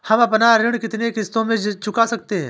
हम अपना ऋण कितनी किश्तों में चुका सकते हैं?